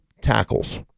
tackles